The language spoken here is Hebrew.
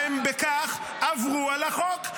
והם בכך עברו על החוק.